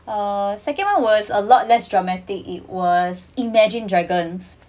uh second one was a lot less dramatic it was imagine dragons